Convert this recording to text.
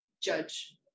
judge